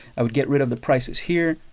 i would get rid of the prices here,